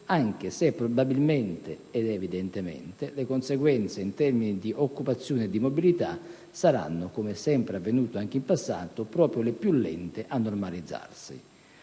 anche se, probabilmente ed evidentemente, le conseguenze in termini di occupazione e di mobilità saranno, come sempre è avvenuto anche in passato, proprio le più lente a normalizzarsi.